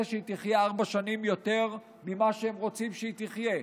שהיא תחיה ארבע שנים יותר ממה שהם רוצים שהיא תחיה.